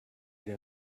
der